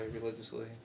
religiously